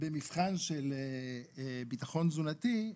במבחן של ביטחון תזונתי,